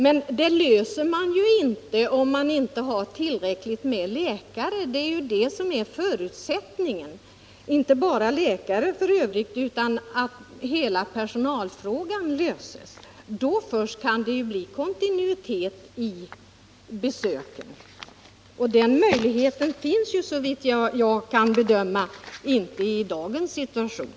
Men det problemet löser man inte om det inte finns tillräckligt många läkare — det är ju förutsättningen. Detta gäller f. ö. inte bara läkare, utan problemet gäller all personal. Först då personal finns kan det blir kontinuitet i besöken.